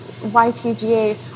YTGA